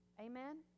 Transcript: Amen